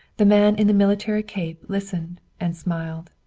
the man in the military cape listened and smiled.